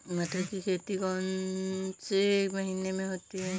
मटर की खेती कौन से महीने में होती है?